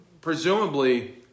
Presumably